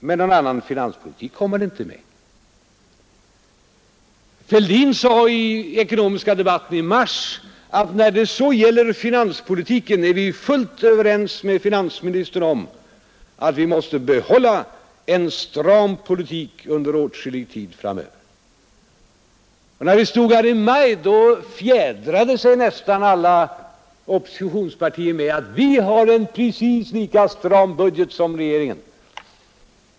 Men någon annan finanspolitik kom man inte med, Herr Fälldin sade vid den ekonomiska debatten i mars: ”När det så gäller finanspolitiken är vi fullt överens med finansministern om att vi måste behålla en stram politik under åtskillig tid framöver.” Och när vi stod här i maj fjädrade sig nästan alla oppositionspartier med att säga: Vi har en precis lika stram budget som regeringen.